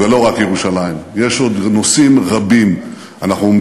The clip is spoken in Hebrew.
ולא רק ירושלים, יש עוד נושאים רבים.